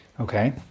Okay